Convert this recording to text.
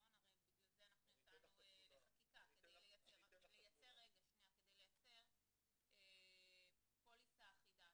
הרי בגלל זה אנחנו יצאנו לחקיקה כדי לייצר פוליסה אחידה.